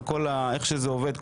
איך שזה עובד,